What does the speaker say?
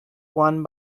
won